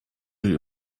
you